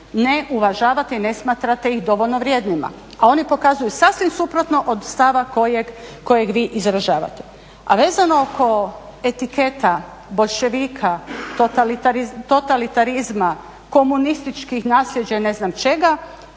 ne uvažavate i ne smatrate ih dovoljno vrijednima. A oni pokazuju sasvim suprotno od stava kojeg vi izražavate. A vezano oko etiketa boljševika, totalitarizma, komunističko nasljeđe i ne znam čega,